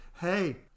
Hey